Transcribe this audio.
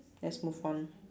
let's move on